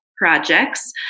projects